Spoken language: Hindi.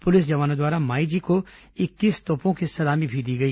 पुलिस जवानों द्वारा माईजी को इकतीस तोपों की सलामी दी गई